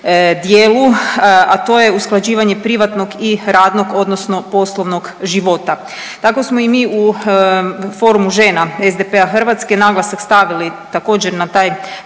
dijelu, a to je usklađivanje privatnog i radnog odnosno poslovnog života. Tako smo i mi u Forumu žena SDP-a Hrvatske naglasak stavili također na taj